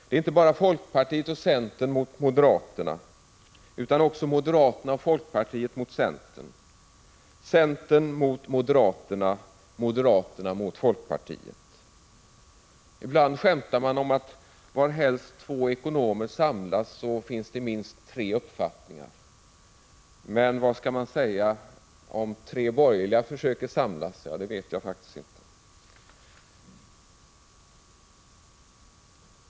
Det är inte bara folkpartiet och centern mot moderaterna utan också moderaterna och folkpartiet mot centern, centern mot moderaterna, moderaterna mot folkpartiet. Ibland skämtar man om att varhelst två ekonomer samlas finns det minst tre uppfattningar. Vad skall man säga när tre borgerliga samlas? Ja, det vet jag faktiskt inte.